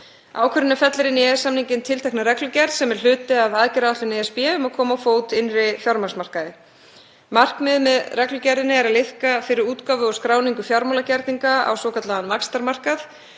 Ákvörðunin fellir inn í EES-samninginn tiltekna reglugerð sem er hluti af aðgerðaáætlun ESB um að koma á fót innri fjármagnsmarkaði. Markmiðið með reglugerðinni er að liðka fyrir útgáfu og skráningu fjármálagerninga á svokallaðan vaxtarmarkað.